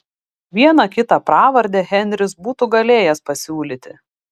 vieną kitą pravardę henris būtų galėjęs pasiūlyti